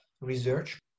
research